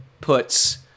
puts